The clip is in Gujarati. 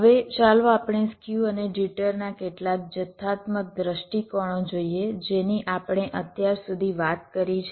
હવે ચાલો આપણે સ્ક્યુ અને જિટરના કેટલાક જથ્થાત્મક દ્રષ્ટિકોણો જોઈએ જેની આપણે અત્યાર સુધી વાત કરી છે